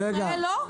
בישראל לא?